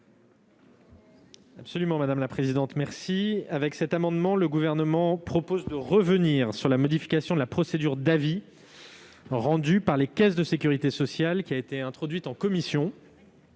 parole est à M. le secrétaire d'État. Par cet amendement, le Gouvernement propose de revenir sur la modification de la procédure d'avis rendu par les caisses de sécurité sociale, qui a été introduite en commission.